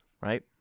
right